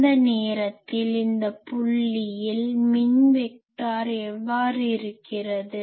அந்த நேரத்தில் இந்த புள்ளியில் மின் வெக்டார் இவ்வாறு இருக்கிறது